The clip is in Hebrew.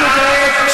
אנחנו כעת,